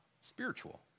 spiritual